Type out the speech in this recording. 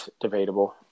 Debatable